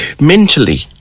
mentally